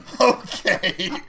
Okay